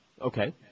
Okay